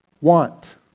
want